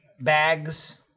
Bags